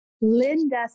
Linda